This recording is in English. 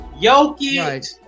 Yoki